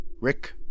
Rick